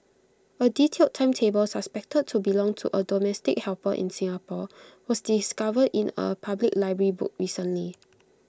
A detailed timetable suspected to belong to A domestic helper in Singapore was discovered in A public library book recently